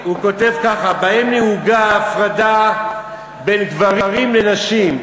הוא כותב ככה: בהם נהוגה ההפרדה בין גברים לנשים,